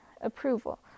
approval